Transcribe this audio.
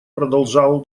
продолжал